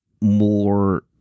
more